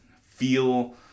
feel